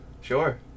Sure